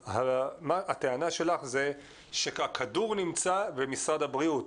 הטענה שלך זה שהכדור נמצא במשרד הבריאות,